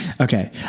okay